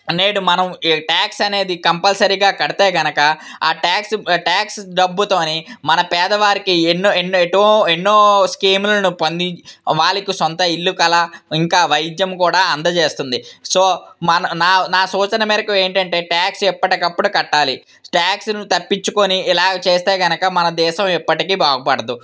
నేడు మనం ట్యాక్స్ అనేది కంపల్సరిగా కడితే కనుక ఆ ట్యాక్స్ ట్యాక్స్ డబ్బుతో మన పేదవారికి ఎన్నో ఎటో ఎన్నో స్కీములను పొంది వాళ్ళకి సొంత ఇల్లు కల ఇంకా వైద్యం కూడా అందచేస్తుంది సో మన నా నా సూచన మేరకు ఏంటంటే ట్యాక్స్ ఎప్పటికి అప్పుడు కట్టాలి ట్యాక్స్లను తప్పించుకొని ఇలా చేస్తే కనుక మన దేశం ఎప్పటికి బాగుపడదు